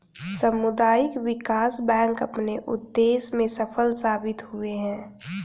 सामुदायिक विकास बैंक अपने उद्देश्य में सफल साबित हुए हैं